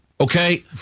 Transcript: okay